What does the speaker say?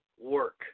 work